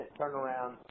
turnaround